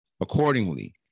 Accordingly